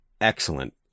excellent